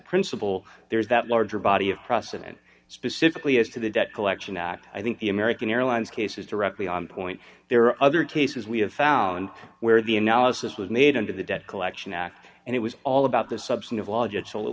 principle there's that larger body of process and specifically as to the debt collection act i think the american airlines case is directly on point there are other cases we have found where the analysis was made under the debt collection act and it was all about the substantive logic so it